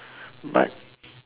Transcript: but